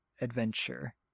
adventure